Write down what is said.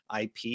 IP